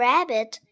Rabbit